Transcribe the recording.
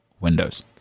windows